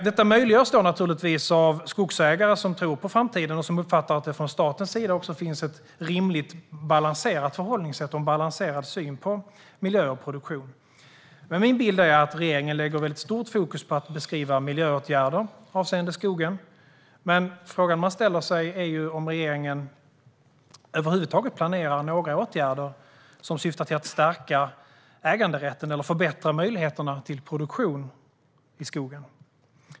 Detta möjliggörs naturligtvis av skogsägare som tror på framtiden och som uppfattar att det från statens sida finns ett rimligt balanserat förhållningssätt och en balanserad syn på miljö och produktion. Min bild är dock att regeringen lägger stort fokus på att beskriva miljöåtgärder avseende skogen. Men frågan man ställer sig då är om regeringen över huvud taget planerar några åtgärder som syftar till att stärka äganderätten eller förbättra möjligheterna till produktion i skogen.